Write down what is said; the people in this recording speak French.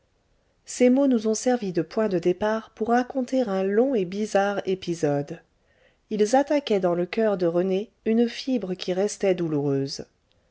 ces mots nous ont servi de point de départ pour raconter un long et bizarre épisode ils attaquaient dans le coeur de rené une fibre qui restait douloureuse